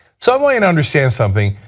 so um want you to understand something,